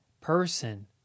person